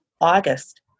August